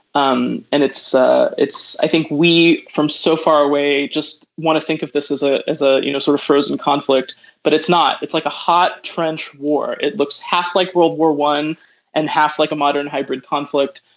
um and it's ah it's i think we from so far away just want to think if this as ah a ah you know sort of frozen conflict but it's not. it's like a hot trench war it looks half like world war one and half like a modern hybrid conflict.